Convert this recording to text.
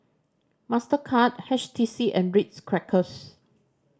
Mastercard H T C and Ritz Crackers